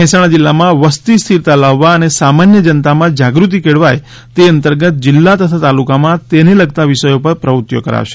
મહેસાણા જિલ્લામાં વસ્તી સ્થિરતા લાવવા અને સામાન્ય જનતામાં જાગૃત્તિ કેળવાય તે અંતર્ગત જિલ્લા તથા તાલુકામાં તેને લગતાં વિષયો પર પ્રવૃત્તિઓ કરાશે